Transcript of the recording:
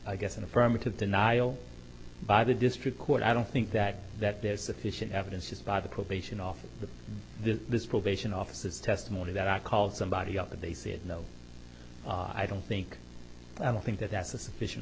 i guess an affirmative denial by the district court i don't think that that there's sufficient evidence just by the probation officer that the probation officers testimony that i called somebody up and they said no i don't think i don't think that that's a sufficient